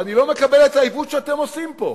אבל אני לא מקבל את העיוות שאתם עושים פה,